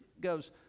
goes